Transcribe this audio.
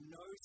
no